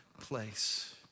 place